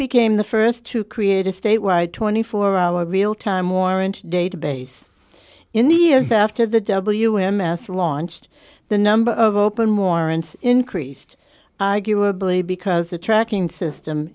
became the st to create a statewide twenty four hour real time orange database in the years after the w m s launched the number of open warrants increased arguably because the tracking system